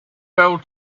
fell